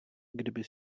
kdyby